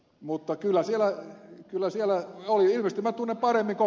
mutta kyllä siellä oli ilmeisesti minä tunnen paremmin